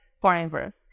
Forever